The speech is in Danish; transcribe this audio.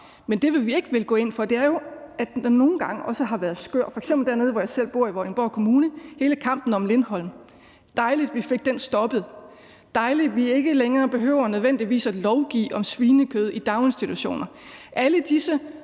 gange, hvor vi ikke er gået ind for den, er jo, når den har været skør. F.eks. har der dernede, hvor jeg selv bor, i Vordingborg Kommune, været hele kampen om Lindholm. Det er dejligt, at vi fik det stoppet. Det er dejligt, at vi ikke længere nødvendigvis behøver at lovgive om svinekød i daginstitutioner. Alle disse